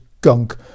gunk